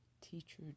teacher